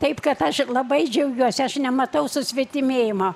taip kad aš labai džiaugiuosi aš nematau susvetimėjimo